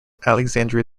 alexandria